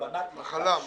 "הלבנת הקש".